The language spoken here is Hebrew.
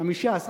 אתה מש"ס,